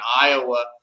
Iowa